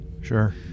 sure